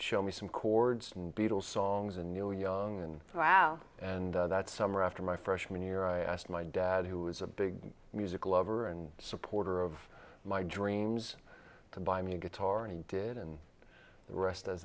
show me some chords beatles songs and you know young and and that summer after my freshman year i asked my dad who was a big music lover and supporter of my dreams to buy me a guitar and he did and the rest as